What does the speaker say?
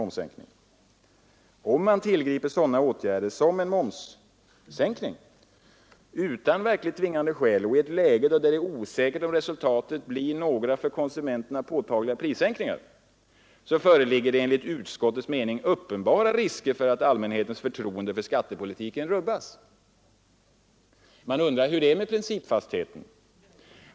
De sade då: ”Om man tillgriper sådana åtgärder” — som en momssänkning — ”utan verkligt tvingande skäl och i ett läge då det är osäkert om resultatet blir några för konsumenterna påtagliga prissänkningar föreligger enligt utskottets mening uppenbara risker för att allmänhetens förtroende för skattepolitiken kan rubbas.” Man undrar hur det är med principfastheten.